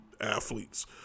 athletes